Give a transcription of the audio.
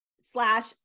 slash